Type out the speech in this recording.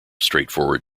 straightforward